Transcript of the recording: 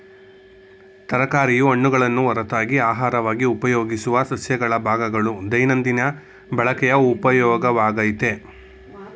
ತರಕಾರಿಯು ಹಣ್ಣುಗಳನ್ನು ಹೊರತಾಗಿ ಅಹಾರವಾಗಿ ಉಪಯೋಗಿಸುವ ಸಸ್ಯಗಳ ಭಾಗಗಳು ದೈನಂದಿನ ಬಳಕೆಯ ಉಪಯೋಗವಾಗಯ್ತೆ